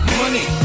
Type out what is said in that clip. money